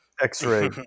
x-ray